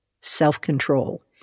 self-control